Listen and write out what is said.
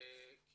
כי